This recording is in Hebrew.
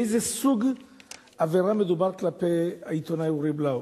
באיזה סוג עבירה מדובר כלפי העיתונאי אורי בלאו.